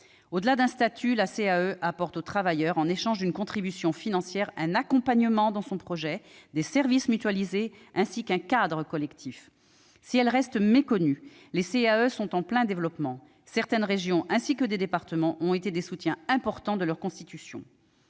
Au-delà d'un statut, la CAE apporte au travailleur, en échange d'une contribution financière, un accompagnement dans son projet, des services mutualisés ainsi qu'un cadre collectif. Si elles restent méconnues, les CAE sont en plein développement. Certaines régions ainsi que des départements ont été des soutiens importants de leur constitution.